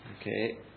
Okay